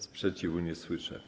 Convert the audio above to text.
Sprzeciwu nie słyszę.